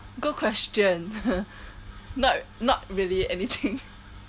good question not not really anything